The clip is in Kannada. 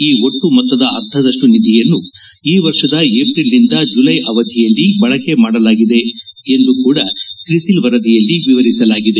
ಈ ಒಟ್ಟು ಮೊತ್ತದ ಅರ್ಧದಷ್ಟು ನಿಧಿಯನ್ನು ಈ ವರ್ಷದ ವಿಪ್ರಿಲ್ನಿಂದ ಜುಲೈ ಅವಧಿಯಲ್ಲಿ ಬಳಕೆ ಮಾಡಲಾಗಿದೆ ಎಂದು ಕೂಡ ತ್ರಿಸಿಲ್ ವರದಿಯಲ್ಲಿ ವಿವರಿಸಲಾಗಿದೆ